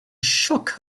shook